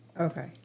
Okay